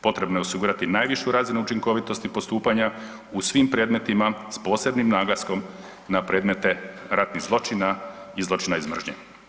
Potrebno je osigurati najvišu razinu učinkovitosti postupanja u svim predmetima s posebnim naglaskom na predmete ratnih zločina i zločina iz mržnje.